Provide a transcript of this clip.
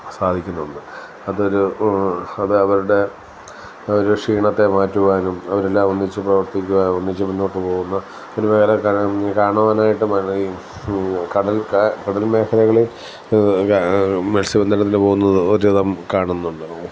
സാധിക്കുന്നുണ്ട് അതൊരു അത് അവരുടെ ഒരു ക്ഷീണത്തെ മാറ്റുവാനും അവരെല്ലാം ഒന്നിച്ചു പ്രവർത്തിക്കുവാനും ഒന്നിച്ചു മുന്നോട്ടു പോകുന്നത് കാണുവാനായിട്ട് കടൽ കടൽ മേഖലകളിൽ മത്സ്യബന്ധനത്തിന് പോകുന്നത് ഒരു വിധം കാണുന്നുണ്ട്